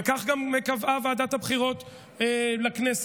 וכך גם קבעה ועדת הבחירות לכנסת.